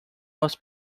los